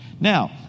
Now